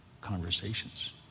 conversations